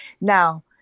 Now